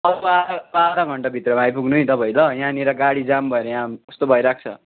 अब आधा घण्टा भित्रमा आइपुग्नु है तपाईँ ल यहाँनेर गाडी जाम भएर यहाँ कस्तो भइरहेको छ